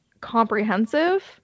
comprehensive